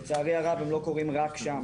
לצערי הרב, הם לא קורים רק שם.